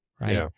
right